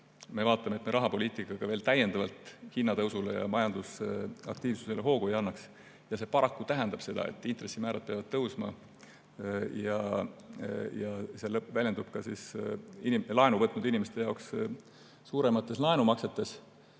me vaatame, et me rahapoliitikaga hinnatõusule ja majandusaktiivsusele hoogu juurde ei annaks. See paraku tähendab seda, et intressimäärad peavad tõusma ja see väljendub laenu võtnud inimeste jaoks suuremates laenumaksetes.